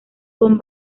con